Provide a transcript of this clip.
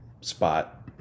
spot